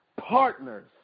partners